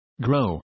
grow